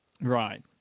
Right